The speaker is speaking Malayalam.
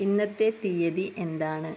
ഇന്നത്തെ തീയതി എന്താണ്